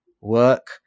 work